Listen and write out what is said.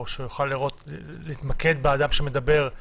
או שהוא יוכל להתמקד באדם שמדבר,